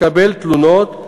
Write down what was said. שתקבל תלונות,